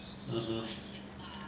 (uh huh)